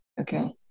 Okay